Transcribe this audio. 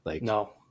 No